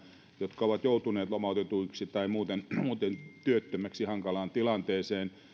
jotka ovat joutuneet lomautetuksi tai muuten muuten työttömäksi hankalaan tilanteeseen